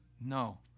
No